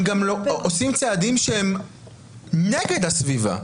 גם עושים צעדים נגד הסביבה,